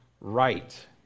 right